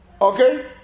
Okay